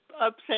upset